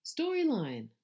storyline